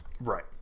right